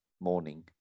Morning